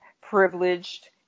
privileged